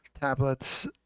tablets